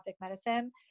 medicine